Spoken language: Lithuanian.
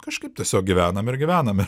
kažkaip tiesiog gyvenam ir gyvenam ir